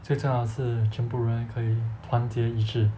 最重要的是全部人可以团结一致